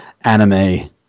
anime